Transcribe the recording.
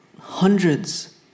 hundreds